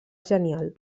genial